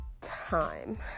time